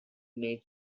made